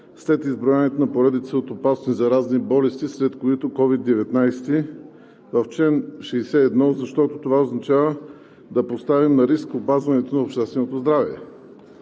след изброяването на поредица от опасни заразни болести, сред които COVID-19, в чл. 61, защото това означава да поставим на риск опазването на общественото здраве.